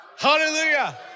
Hallelujah